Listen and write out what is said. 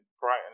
Brighton